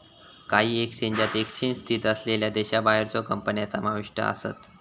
काही एक्सचेंजात एक्सचेंज स्थित असलेल्यो देशाबाहेरच्यो कंपन्या समाविष्ट आसत